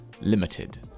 limited